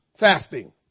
Fasting